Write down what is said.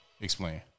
Explain